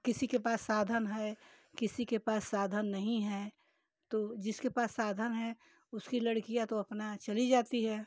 किसी के पास साधन है किसी के पास साधन नहीं है तो जिसके पास साधन है उसकी लड़कियाँ तो अपना चली जाती है